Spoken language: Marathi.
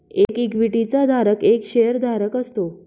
एक इक्विटी चा धारक एक शेअर धारक असतो